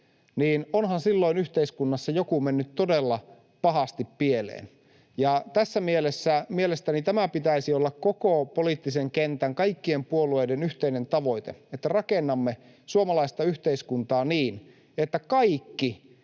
niin onhan silloin yhteiskunnassa joku mennyt todella pahasti pieleen. Ja mielestäni tässä mielessä tämän pitäisi olla koko poliittisen kentän, kaikkien puolueiden, yhteinen tavoite, että rakennamme suomalaista yhteiskuntaa niin, että kaikki